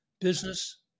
Business